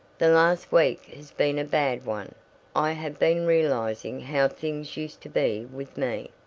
the last week has been a bad one i have been realizing how things used to be with me.